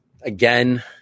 again